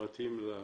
זה מתאים לאנטישמים.